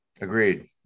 Agreed